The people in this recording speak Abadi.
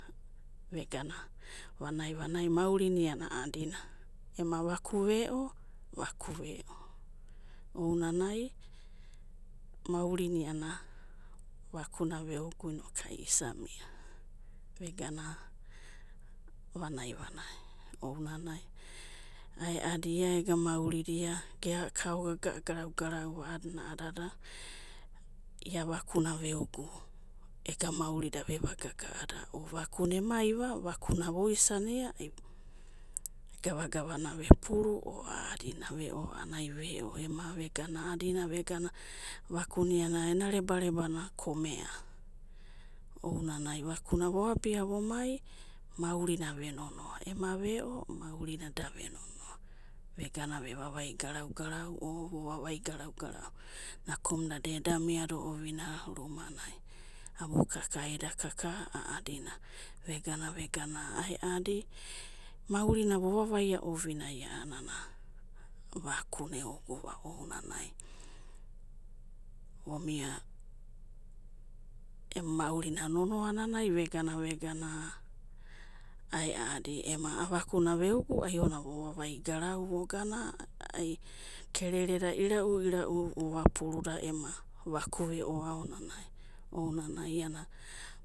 Vegana vanai vanai, maurina iana a'adina, ema vaku ve'o, vaku ve'o, ounanai, maurina ianai vakuna vega inokuai isa mia, vegana vanai vanai ounanai. Aeadi ia ega maurida ge ka'aogaga garau'garauva 'anana ia vakuna veogu ega maurida veva gaga'ada. Vakuna emaiva, vakuna oisaniava, gava'gavana vepuru oa'adina ena reba'rebana komea ounanai vakuna voabia vomai, maurina ve nonoa, ema ve'o maurina da ve'nonoa. Vegana vevavai garau'garau vovavai garau'garau, nakumuda da'eda miada ovinai rumanai, abu kaka eda kaka a'adina, vakuna eoguva ounanai, vomia emu maurina nonoa'nanai, vegana vegana aeadi ema a'avakuna veogu i onina vovavai garau ai kerereda irau'irau vova puruda ema vaku veo ounanai iana.